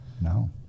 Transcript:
No